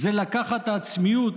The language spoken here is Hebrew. זה לקחת את העצמיות,